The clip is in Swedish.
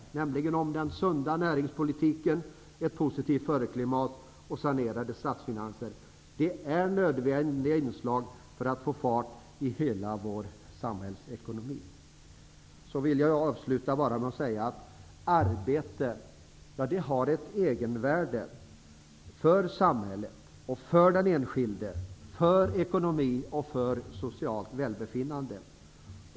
Dessa är t.ex. en sund näringspolitik, ett positivt företagsklimat och sanerade statsfinanser. Det är nödvändiga inslag för att få fart på hela vår samhällsekonomi. Jag vill avsluta med att säga att arbete har ett egenvärde för samhället och för den enskilde vad beträffar ekonomi och socialt välbefinnande.